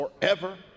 forever